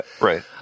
Right